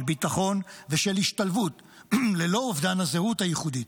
של ביטחון ושל השתלבות ללא אובדן הזהות הייחודית.